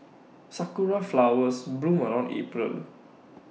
Sakura Flowers bloom around April